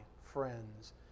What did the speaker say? friends